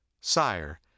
Sire